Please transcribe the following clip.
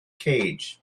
cage